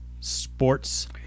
sports